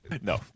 No